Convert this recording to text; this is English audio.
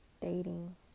dating